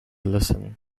listen